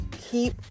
keep